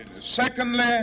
Secondly